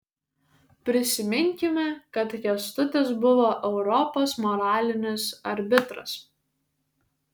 prisiminkime kad kęstutis buvo europos moralinis arbitras